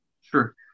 Sure